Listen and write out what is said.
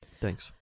Thanks